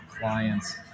clients